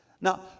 Now